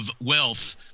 wealth